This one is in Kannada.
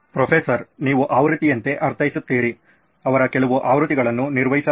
ಪ್ರೊಫೆಸರ್ ನೀವು ಆವೃತ್ತಿಯಂತೆ ಅರ್ಥೈಸುತ್ತೀರಿ ಅವರ ಕೆಲವು ಆವೃತ್ತಿಗಳನ್ನು ನಿರ್ವಹಿಸಲಾಗಿದೆ